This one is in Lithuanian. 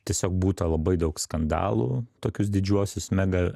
tiesiog būta labai daug skandalų tokius didžiuosius mega